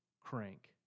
crank